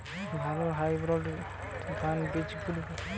ভালো হাইব্রিড ধান বীজ কোনগুলি?